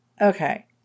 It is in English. Okay